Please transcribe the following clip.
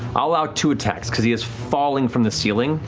allow two attacks because he is falling from the ceiling.